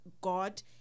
God